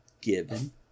given